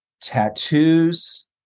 Tattoos